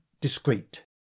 discrete